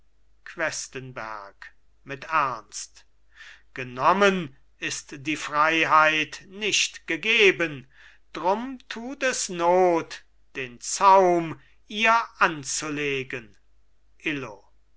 questenberg mit ernst genommen ist die freiheit nicht gegeben drum tut es not den zaum ihr anzulegen illo